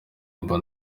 mba